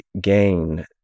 gain